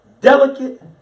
delicate